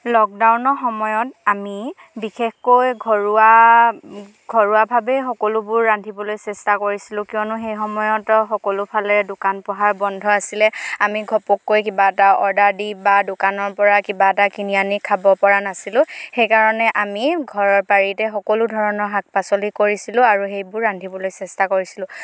লকডাউনৰ সময়ত আমি বিশেষকৈ ঘৰুৱা ঘৰুৱাভাৱে সকলোবোৰ ৰান্ধিবলৈ চেষ্টা কৰিছিলোঁ কিয়নো সেই সময়ত সকলো ফালে দোকান পোহাৰ বন্ধ আছিলে আমি ঘপককৈ কিবা এটা অৰ্ডাৰ দি বা দোকানৰ পৰা কিবা এটা কিনি আনি খাব পৰা নাছিলোঁ সেইকাৰণে আমি ঘৰৰ বাৰীতে সকলো ধৰণৰ শাক পাচলি কৰিছিলোঁ আৰু সেইবোৰ ৰান্ধিবলৈ চেষ্টা কৰিছিলোঁ